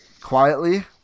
Quietly